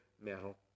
metal